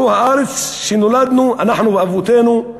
זו הארץ שנולדנו בה, אנחנו ואבותינו.